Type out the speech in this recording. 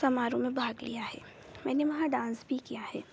समारोह में भाग लिया है मैंने वहाँ डांस भी किया है